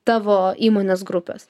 tavo įmonės grupes